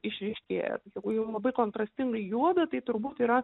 išryškėja jeigu jau labai kontrastingai juoda tai turbūt yra